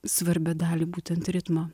svarbią dalį būtent ritmo